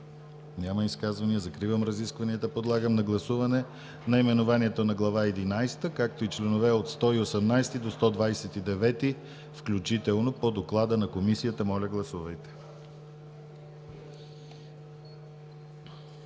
Няма изказвания. Закривам разискванията. Подлагам на гласуване наименованието на Глава единадесета, както и членове от 118 до 129 включително по доклада на Комисията. Гласували